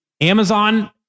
Amazon